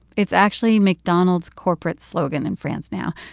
it's actually mcdonald's corporate slogan in france now.